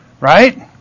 right